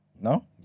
No